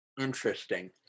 Interesting